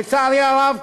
לצערי הרב,